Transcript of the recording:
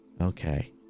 Okay